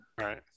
right